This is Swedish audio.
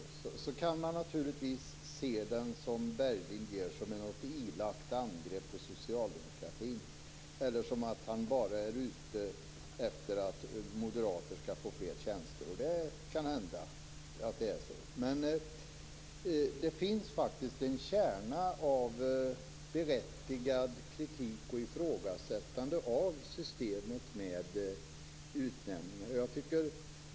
Det kan man naturligtvis se som Mats Berglind gör, som att det är något slags elakt angrepp på socialdemokraterna eller som att Anders Björck bara är ute efter att moderater skall få fler tjänster. Det kan hända att det är så, men det finns faktiskt en kärna av berättigad kritik och ifrågasättande av systemet med utnämningar.